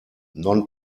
non